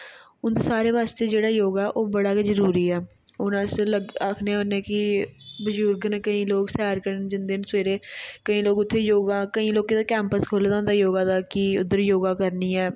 उं'दे सारेें आस्तै जेहड़ा योगा ओह् बडा गै जरुरी ऐ हून अस आखने कि बजुर्ग न केईं लोक सेर करन जंदे न सवैरे केईं लोक उत्थै योगा केईं लोकें दा कैंपस खोले दा होंदा योगा दा कि उद्धर योगा करनी ऐ